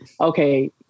okay